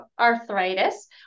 arthritis